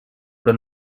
però